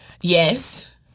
Yes